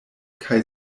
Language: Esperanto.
kaj